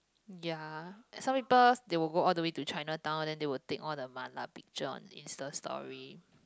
ya some people they will go all the way to Chinatown then they will take all the mala picture on Instastory